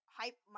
hype